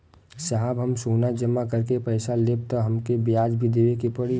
साहब हम सोना जमा करके पैसा लेब त हमके ब्याज भी देवे के पड़ी?